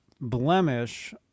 blemish